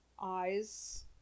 eyes